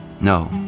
No